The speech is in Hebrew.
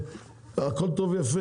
הכול טוב ויפה.